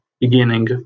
beginning